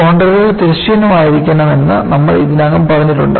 കോൺണ്ടറുകൾ തിരശ്ചീനമായിരിക്കണമെന്ന് നമ്മൾ ഇതിനകം പറഞ്ഞിട്ടുണ്ട്